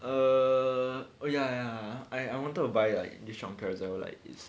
err oh ya I I wanted to buy trunk on Carousell like this